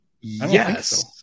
yes